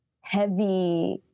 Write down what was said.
heavy